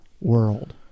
world